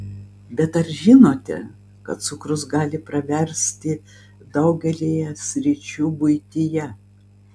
bet ar žinote kad cukrus gali praversti daugelyje sričių buityje